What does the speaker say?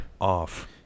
off